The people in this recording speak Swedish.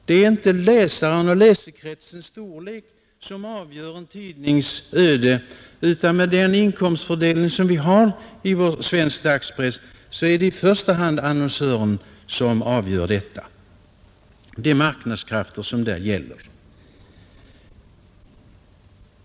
Det är inte läsekretsens storlek som avgör en tidnings öde, utan med den inkomstfördelning vi har inom svensk dagspress är det i första hand annonsörerna och de marknadskrafter som här gäller som avgör detta.